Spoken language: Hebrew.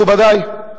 מכובדי,